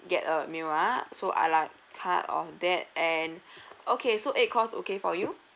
get a meal ah so a la carte of that and okay so eight course okay for you